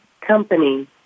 company